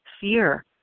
Fear